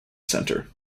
centre